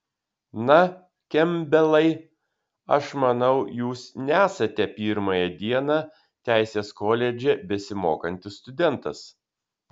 na kempbelai aš manau jūs nesate pirmąją dieną teisės koledže besimokantis studentas